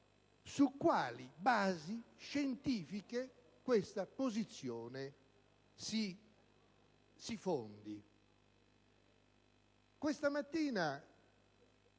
su quali basi scientifiche questa posizione si fondi. Questa mattina